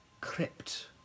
crypt